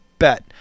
bet